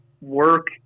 work